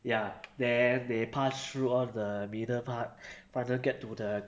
ya then they pass through all the middle part finally get to the